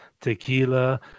Tequila